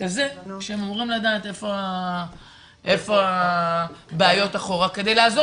כזה שהם אמורים לדעת איפה הבעיות אחורה כדי לעזור.